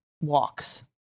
walks